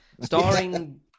Starring